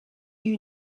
you